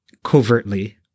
Covertly